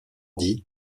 dit